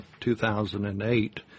2008